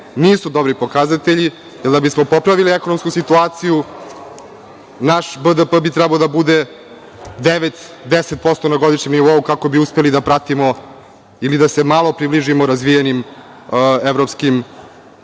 nisu dobri pokazatelji, jer da bismo popravili ekonomsku situaciju, naš BDP bi trebao da bude 9,10% na godišnjem nivou, kako bi uspeli da pratimo ili da se malo približimo razvijenim evropskim